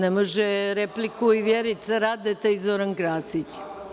Ne može repliku i Vjerica Radeta i Zoran Krasić.